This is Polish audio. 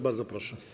Bardzo proszę.